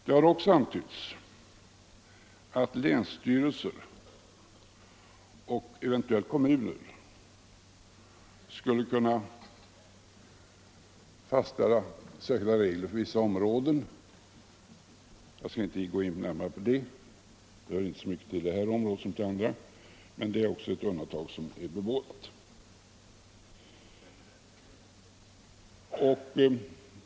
Det har också antytts att länsstyrelser och eventuellt kommuner skall kunna fastställa särskilda regler för vissa områden. Jag skall inte gå in närmare på det — det hör inte så mycket till det här området som till andra — men det är också ett undantag som är bebådat.